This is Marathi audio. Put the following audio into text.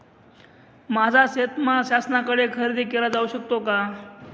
माझा शेतीमाल शासनाकडे खरेदी केला जाऊ शकतो का?